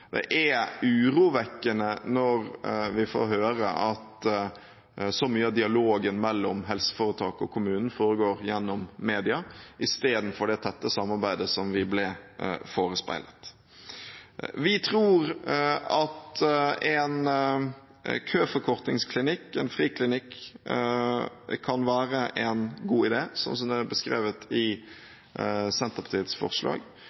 Det er urovekkende når vi får høre at så mye av dialogen mellom helseforetak og kommunen foregår gjennom media istedenfor det tette samarbeidet som vi ble forespeilet. Vi tror at en køforkortingsklinikk, en friklinikk, kan være en god idé, sånn som det er beskrevet i Senterpartiets forslag.